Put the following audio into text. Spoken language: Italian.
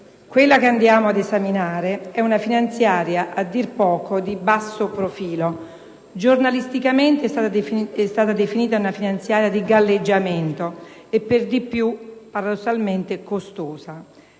quella che andiamo ad esaminare è una finanziaria a dir poco di basso profilo: giornalisticamente è stata definita una finanziaria di "galleggiamento", e per di più è, paradossalmente, costosa.